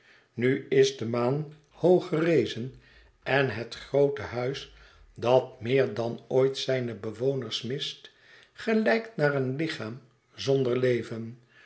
nu is de maan hoog gerezen en het groote huis dat meer dan ooit zijne bewoners mist gelijkt naar een lichaam zonder leven